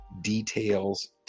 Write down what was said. details